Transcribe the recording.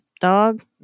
dog